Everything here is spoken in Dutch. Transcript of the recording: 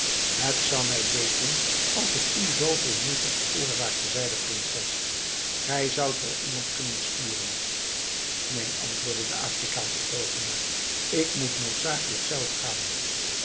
het zou mij leed doen als ik u zooveel moeite veroorzaakte zei de prinses gij zoudt wel iemand kunnen sturen neen antwoordde de afrikaansche toovenaar ik moet noodzakelijk zelf gaan